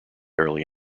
early